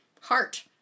heart